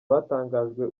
batangajwe